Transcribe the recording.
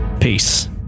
Peace